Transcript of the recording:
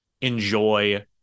enjoy